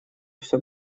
все